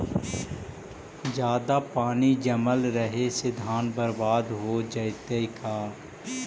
जादे पानी जमल रहे से धान बर्बाद हो जितै का?